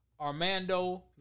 Armando